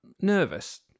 nervous